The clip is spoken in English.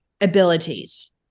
abilities